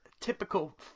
typical